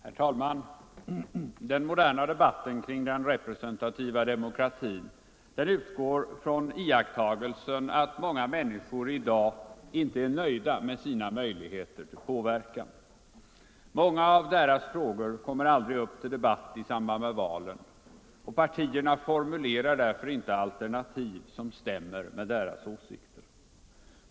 Herr talman! Den moderna debatten kring den representativa demokratin utgår från iakttagelsen att många människor i dag inte är nöjda med sina möjligheter till påverkan. Många av deras frågor kommer aldrig upp till debatt i samband med valen och partierna formulerar därför inte alternativ som stämmer med deras åsikter.